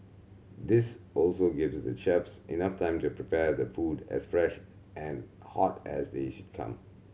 this also gives the chefs enough time to prepare the food as fresh and hot as they should come